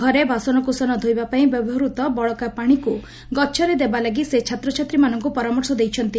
ଘରେ ବାସନକୁସନ ଧୋଇବାପାଇଁ ବ୍ୟବହୃତ ବଳକା ପାଶିକୁ ଗଛରେ ଦେବାଲାଗି ସେ ଛାତ୍ରଛାତ୍ରୀମାନଙ୍କୁ ପରାମର୍ଶ ଦେଇଛନ୍ତି